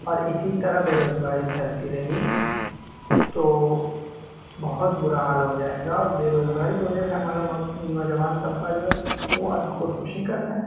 اور اسی طرح بےروزگاری پھیلتی رہی تو بہت برا حال ہو جائے گا اور بےروزگاری کی وجہ سے ہمارا نوجوان طبقہ جو ہے وہ آج خود کشی کر رہے